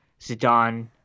Zidane